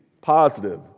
positive